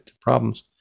problems